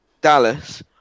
Dallas